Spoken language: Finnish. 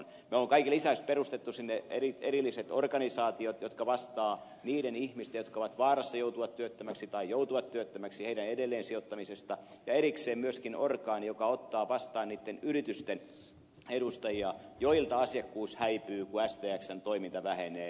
me olemme kaiken lisäksi perustaneet sinne erilliset organisaatiot jotka vastaavat niiden ihmisten jotka ovat vaarassa joutua työttömäksi tai joutuvat työttömäksi edelleensijoittamisesta ja erikseen on myöskin orgaani joka ottaa vastaan niitten yritysten edustajia joilta asiakkuus häipyy kun stxn toiminta vähenee